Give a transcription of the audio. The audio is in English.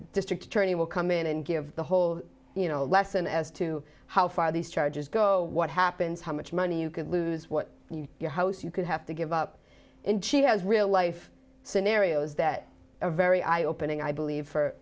the district attorney will come in and give the whole you know lesson as to how far these charges go what happens how much money you can lose what your house you could have to give up and she has real life scenarios that are very eye opening i believe